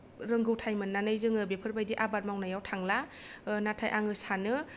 रोंगौथाय मोननानै जोङो बेफोरबायदि आबाद मावनायाव थांला नाथाय आङो सानो